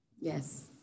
Yes